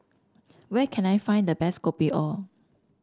where can I find the best Kopi Or